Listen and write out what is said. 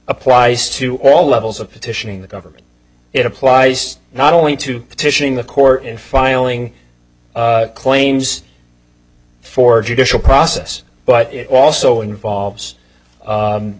applies to all levels of petitioning the government it applies not only to petitioning the court in filing claims for judicial process but it also involves